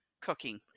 cooking